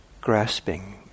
grasping